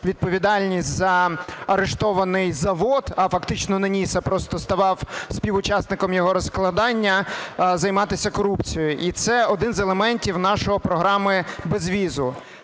відповідальність за арештований завод, а фактично не ніс, а просто ставав співучасником його розкрадання, займатися корупцією. І це один з елементів нашої програми безвізу.